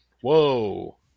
Whoa